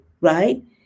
right